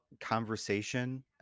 conversation